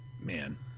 man